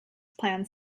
plans